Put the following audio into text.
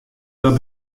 dat